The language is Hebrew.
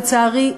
לצערי,